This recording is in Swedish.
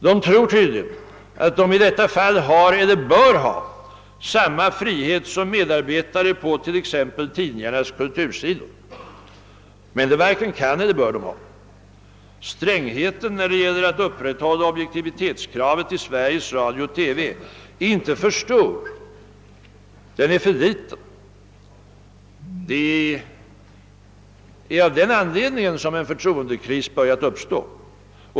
De tror tydligen att de i detta fall har eller bör ha samma frihet som medarbetare på t.ex. tidningarnas kultursidor. Men det varken kan eller bör de ha. Strängheten när det gäller att upprätthålla objektivitetskravet i Sveriges Radio/TV är inte för stor — den är för liten. Det är av den anledningen som en förtroendekris börjat uppstå.